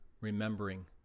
remembering